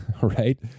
right